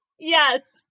Yes